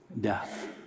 death